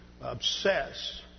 obsess